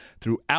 throughout